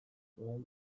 zuen